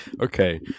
Okay